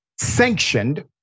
sanctioned